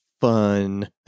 fun